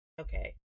okay